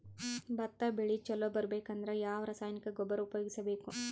ಭತ್ತ ಬೆಳಿ ಚಲೋ ಬರಬೇಕು ಅಂದ್ರ ಯಾವ ರಾಸಾಯನಿಕ ಗೊಬ್ಬರ ಉಪಯೋಗಿಸ ಬೇಕು?